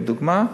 לדוגמה,